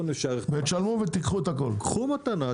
קחו מתנה,